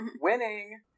winning